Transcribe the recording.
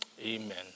Amen